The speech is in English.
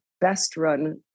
best-run